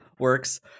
works